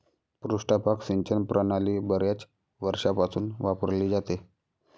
पृष्ठभाग सिंचन प्रणाली बर्याच वर्षांपासून वापरली जाते